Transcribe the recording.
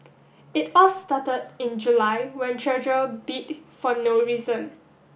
it all started in July when Treasure bit for no reason